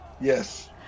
yes